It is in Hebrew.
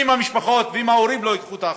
אם המשפחות ואם ההורים לא ייקחו את האחריות.